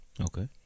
Okay